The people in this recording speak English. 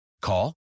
Call